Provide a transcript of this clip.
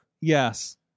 Yes